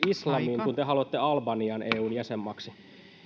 islamiin kun te haluatte albanian eun jäsenmaaksi me